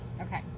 okay